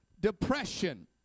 depression